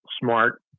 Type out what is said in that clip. smart